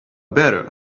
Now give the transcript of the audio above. better